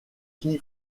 qui